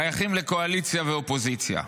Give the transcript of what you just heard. שייכים לקואליציה ואופוזיציה.